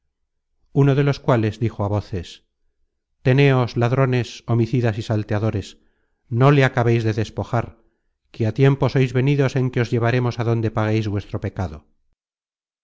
uno de los cuales dijo á voces tenéos ladrones homicidas y salteadores no le acabeis de despojar que á tiempo sois venidos en que os llevaremos á donde pagueis vuestro pecado